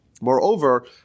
Moreover